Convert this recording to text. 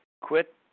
Quit